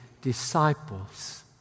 disciples